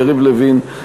יריב לוין,